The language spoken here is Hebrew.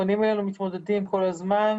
פונים אלינו מתמודדים כל הזמן.